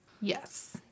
Yes